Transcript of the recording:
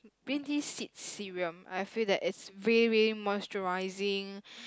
green tea serum I feel that it's very very moisturising